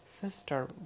sister